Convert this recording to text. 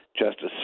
Justice